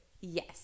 yes